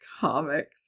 Comics